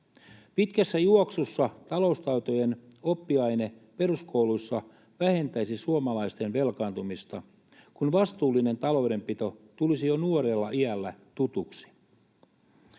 Pitkässä juoksussa taloustaitojen oppiaine peruskoulussa vähentäisi suomalaisten velkaantumista, kun vastuullinen taloudenpito tulisi jo nuorella iällä tutuksi.